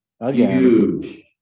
Huge